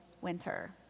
winter